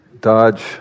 Dodge